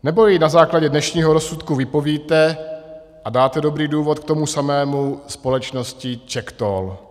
Nebo jej na základě dnešního rozsudku vypovíte a dáte dobrý důvod k tomu samému společnosti CzechToll?